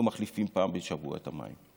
לא מחליפים פעם בשבוע את המים.